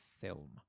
Film